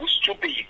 stupid